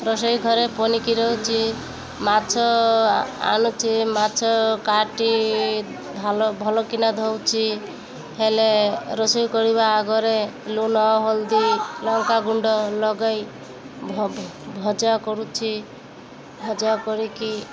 ରୋଷେଇ ଘରେ ପନିକି ରହୁଛି ମାଛ ଆଣୁଛି ମାଛ କାଟି ଭଲ କିିନା ଧଉଛି ହେଲେ ରୋଷେଇ କରିବା ଆଗରେ ଲୁଣ ହଲଦୀ ଲଙ୍କା ଗୁଣ୍ଡ ଲଗାଇ ଭଜା କରୁଛି ଭଜା କରିକି